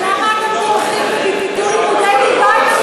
אז מה אתם תומכים בביטול לימודי ליבה אם